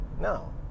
no